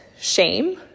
shame